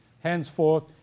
henceforth